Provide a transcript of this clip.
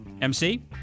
MC